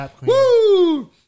Woo